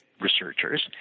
researchers